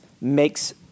makes